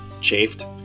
chafed